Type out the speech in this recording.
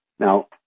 Now